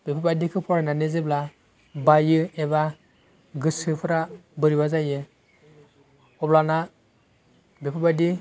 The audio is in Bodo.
बेफोरबायदिखौ फरायनानै जेब्ला बायो एबा गोसोफोरा बोरैबा जायो अब्लाना बेफोर बायदि